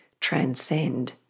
transcend